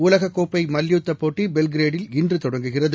உலகக்கோப்பை மல்யுத்தப் போட்டி பெல்கிரேடில் இன்று தொடங்குகிறது